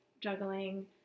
juggling